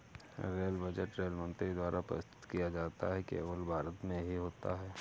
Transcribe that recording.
rail budget rail मंत्री द्वारा प्रस्तुत किया जाता है ये केवल भारत में ही होता है